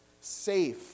safe